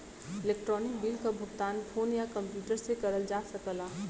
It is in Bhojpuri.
इलेक्ट्रानिक बिल क भुगतान फोन या कम्प्यूटर से करल जा सकला